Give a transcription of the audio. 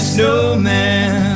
Snowman